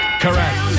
Correct